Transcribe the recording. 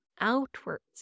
outwards